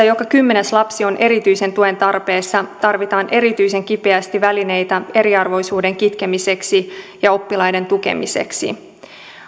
joka kymmenes lapsi on erityisen tuen tarpeessa tarvitaan erityisen kipeästi välineitä eriarvoisuuden kitkemiseksi ja oppilaiden tukemiseksi